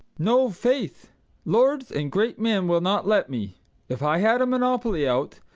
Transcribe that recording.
no, faith lords and great men will not let me if i had a monopoly out,